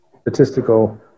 statistical